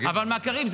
אבל מר קריב,